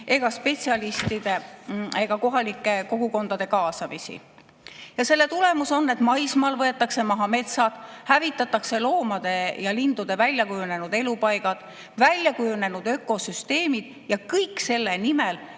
spetsialiste ega kohalikku kogukonda. Selle tulemus on see, et maismaal võetakse maha metsad, hävitatakse loomade ja lindude välja kujunenud elupaigad, välja kujunenud ökosüsteemid. Ja kõik selle nimel,